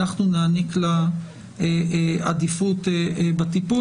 אנחנו נעניק לה עדיפות בטיפול,